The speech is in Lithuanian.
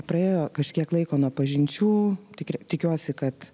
praėjo kažkiek laiko nuo pažinčių tikr tikiuosi kad